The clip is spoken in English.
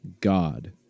God